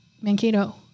Mankato